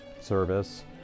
service